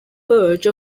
purge